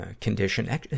condition